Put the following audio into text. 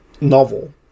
novel